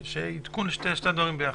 עדכון שני הדברים יחד.